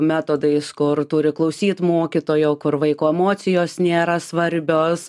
metodais kur turi klausyt mokytojo kur vaiko emocijos nėra svarbios